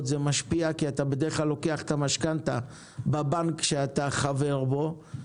זה משפיע כי אתה בדרך כלל לוקח את המשכנתא בבנק שאתה חבר בו.